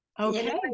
okay